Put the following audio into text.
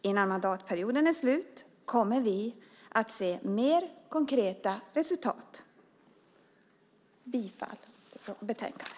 Innan mandatperioden är slut kommer vi att se mer konkreta resultat. Jag yrkar bifall till förslaget i utskottets betänkande.